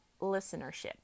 listenership